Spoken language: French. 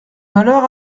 malheur